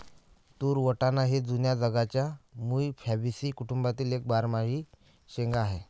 तूर वाटाणा हे जुन्या जगाच्या मूळ फॅबॅसी कुटुंबातील एक बारमाही शेंगा आहे